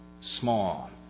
small